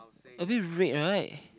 a bit red right